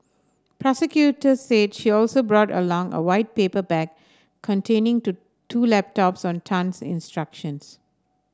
prosecutor said she also brought along a white paper bag containing the two laptops on Tan's instructions